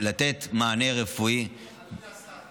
לתת מענה רפואי, אדוני השר,